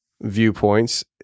viewpoints